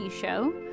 show